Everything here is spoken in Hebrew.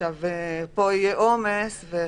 עכשיו יהיה עומס בכמות הבקשות הזאת,